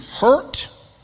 hurt